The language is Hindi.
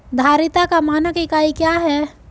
धारिता का मानक इकाई क्या है?